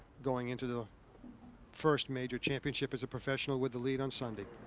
going into the first major championship is a professional with the lead on sunday.